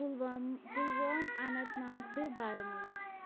Pulwama Pulwama Anantnag تہٕ بارہمولہ